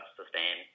sustain